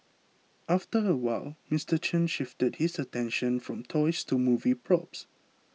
after a while Mister Chen shifted his attention from toys to movie props